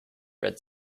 red